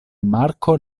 marko